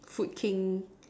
food King